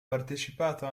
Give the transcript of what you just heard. partecipato